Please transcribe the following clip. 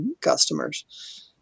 customers